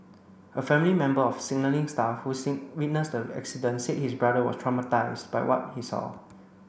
a family member of a signalling staff who witnessed the accident said his brother was traumatised by what he saw